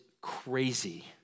crazy